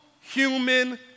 human